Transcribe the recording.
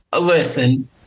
Listen